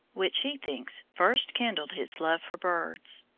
which he thinks first kindled his love for birds.